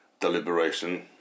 deliberation